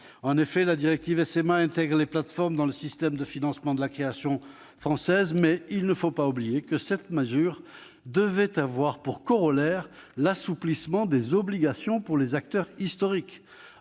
En effet, la directive SMA intègre les plateformes dans le système de financement de la création française, mais il ne faut pas oublier que cette mesure devait avoir pour corollaire l'assouplissement des obligations pour les acteurs historiques.